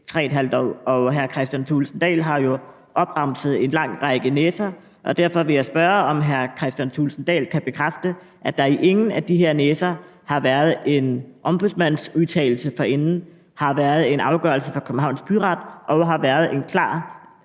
år. Hr. Kristian Thulesen Dahl har opremset en lang række næser, og derfor vil jeg spørge, om hr. Kristian Thulesen Dahl kan bekræfte, at der i ingen af de her næser har været en ombudsmandsudtalelse forinden, har været en afgørelse fra Københavns Byret og har været en klar